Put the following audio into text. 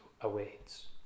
awaits